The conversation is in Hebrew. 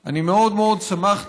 אנחנו,